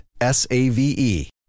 S-A-V-E